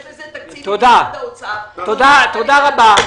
יש לזה תקציב ממשרד האוצר --- תודה רבה.